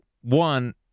one